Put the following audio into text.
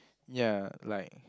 ya like